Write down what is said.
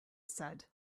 said